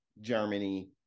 Germany